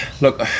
look